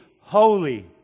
Holy